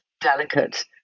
delicate